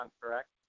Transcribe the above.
correct